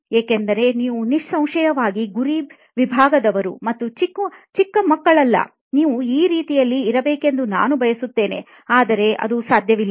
ಏಕೆಂದರೆ ನೀವು ನಿಸ್ಸಂಶಯವಾಗಿ ಗುರಿ ವಿಭಾಗವರು ಮತ್ತು ಚಿಕ್ಕ ಮಕ್ಕಳಲ್ಲ ನೀವು ಆ ರೀತಿಯಲ್ಲಿ ಇರಬೇಕೆಂದು ನಾನು ಬಯಸುತ್ತೇನೆ ಆದರೆ ಅದು ಸಾಧ್ಯವಿಲ್ಲಾ